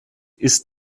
ist